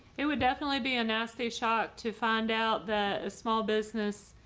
it would definitely be a nasty shock to find out that a small business